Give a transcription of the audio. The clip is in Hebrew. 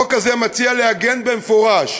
החוק הזה מציע לעגן במפורש